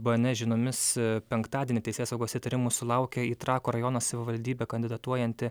bnes žiniomis penktadienį teisėsaugos itarimų sulaukė į trakų rajono savivaldybę kandidatuojanti